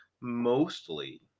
mostly